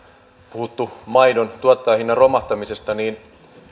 puhuttu maidon tuottajahinnan romahtamisesta niin